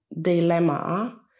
dilemma